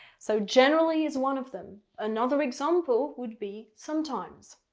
so generally is one of them. another example would be sometimes.